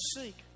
seek